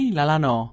Lalano